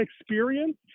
experience